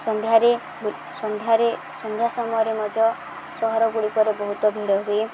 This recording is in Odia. ସନ୍ଧ୍ୟାରେ ସନ୍ଧ୍ୟାରେ ସନ୍ଧ୍ୟା ସମୟରେ ମଧ୍ୟ ସହର ଗୁଡ଼ିକରେ ବହୁତ ଭିଡ଼ ହୁଏ